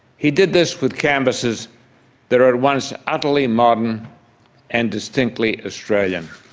he did this with canvases that are at once utterly modern and distinctly australian